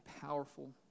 powerful